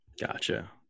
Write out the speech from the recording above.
Gotcha